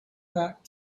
back